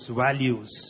values